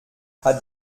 hat